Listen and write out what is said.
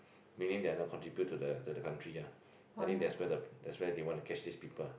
meaning they're not contribute to the the the country ah I think that's where the that's why they want to catch these people